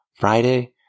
Friday